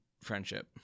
friendship